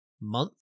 month